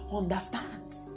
understands